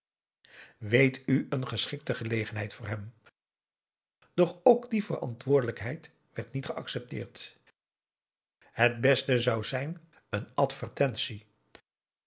weet u een geschikte gelegenheid voor hem doch ook die verantwoordelijkheid werd niet geaccepteerd aum boe akar eel et beste zou zijn een advertentie